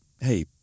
hey